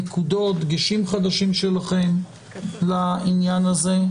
נקודות, דגשים חדשים שלכם לעניין הזה?